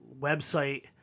website